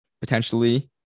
potentially